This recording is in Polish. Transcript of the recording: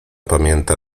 pamięta